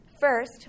First